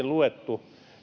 luettu